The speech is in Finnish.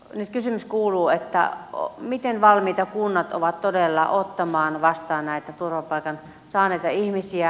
nyt kysymys kuuluu miten valmiita kunnat ovat todella ottamaan vastaan näitä turvapaikan saaneita ihmisiä